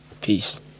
Peace